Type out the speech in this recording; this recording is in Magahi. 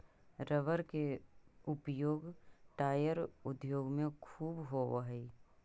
रबर के उपयोग टायर उद्योग में ख़ूब होवऽ हई